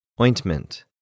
Ointment